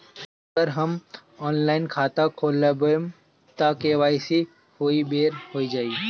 अगर हम ऑनलाइन खाता खोलबायेम त के.वाइ.सी ओहि बेर हो जाई